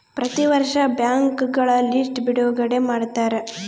ಪ್ರತಿ ವರ್ಷ ಬ್ಯಾಂಕ್ಗಳ ಲಿಸ್ಟ್ ಬಿಡುಗಡೆ ಮಾಡ್ತಾರ